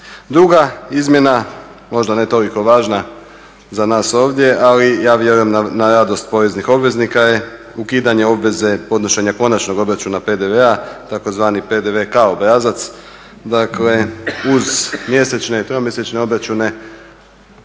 Druga izmjena, možda ne toliko važna za nas ovdje ali ja vjerujem na radost poreznih obveznika je ukidanje obveze podnošenja konačnog obračuna PDV-a, tzv. PDV kao obrazac, dakle uz mjesečne, tromjesečne obračune